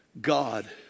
God